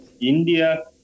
India